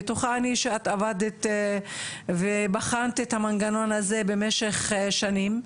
בטוחה אני שאת עבדת ובחנת את המנגנון הזה במשך שנים,